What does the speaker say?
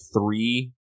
three